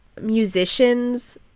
musicians